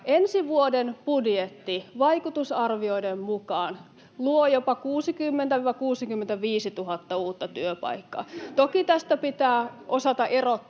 Ensi vuoden budjetti vaikutusarvioiden mukaan luo jopa 60 000—65 000 uutta työpaikkaa. [Jussi Saramon